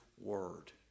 word